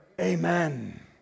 Amen